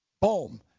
Boom